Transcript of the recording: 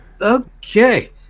okay